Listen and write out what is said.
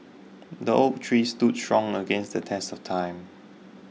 the oak tree stood strong against the test of time